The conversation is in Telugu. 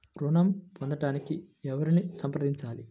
ఋణం పొందటానికి ఎవరిని సంప్రదించాలి?